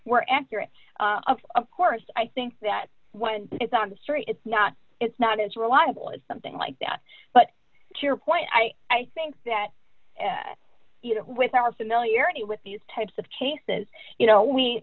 were accurate of course i think that when it's on the street it's not it's not as reliable as something like that but to your point i i think that you know with our familiarity with these types of cases you know we